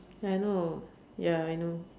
I know ya I know